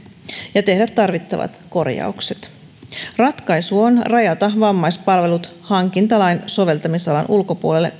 ja tehdä tarvittavat korjaukset ratkaisu on rajata vammaispalvelut hankintalain soveltamisalan ulkopuolelle